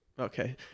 Okay